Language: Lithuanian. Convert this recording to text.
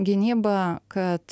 gynyba kad